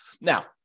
Now